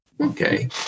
Okay